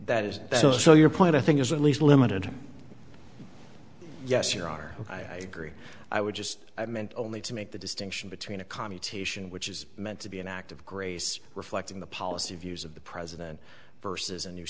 that is so so your point i think is at least limited yes you are i agree i would just i meant only to make the distinction between a commutation which is meant to be an act of grace reflecting the policy views of the president versus a new